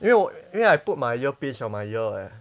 因为因为 I put my earpiece on my ear eh